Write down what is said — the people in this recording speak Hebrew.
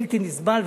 בלתי נסבל,